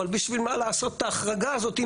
אבל בשביל מה לעשות את ההחרגה הזאת אם